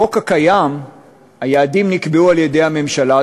בחוק הקיים היעדים נקבעו על-ידי הממשלה,